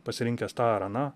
pasirinkęs tą ar aną